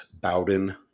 Bowden